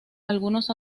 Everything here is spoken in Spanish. algunos